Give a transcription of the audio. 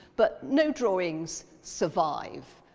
but no drawings survive.